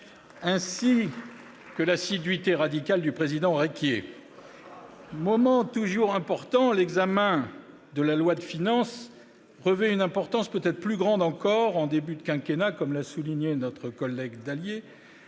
ainsi que l'assiduité radicale du président Requier. Moment toujours important, l'examen de la loi de finances revêt une importance peut-être plus grande encore en début de quinquennat, comme l'a souligné notre collègue Dallier,